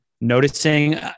noticing